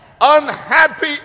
unhappy